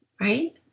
right